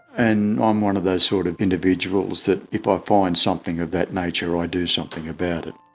and i'm one of those sort of individuals that if i find something of that nature ah i do something about it.